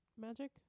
magic